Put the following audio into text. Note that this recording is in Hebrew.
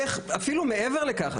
ואפילו מעבר לכך,